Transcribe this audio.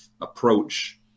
approach